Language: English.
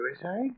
Suicide